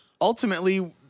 ultimately